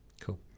Cool